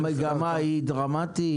המגמה דרמטית?